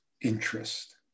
interest